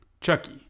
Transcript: Chucky